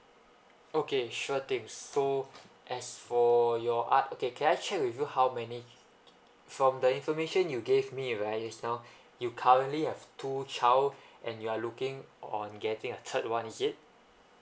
okay sure things so as for your a~ okay can I check with you how many from the information you gave me right just now you currently have two child and you're looking on getting a third [one] is it